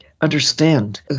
understand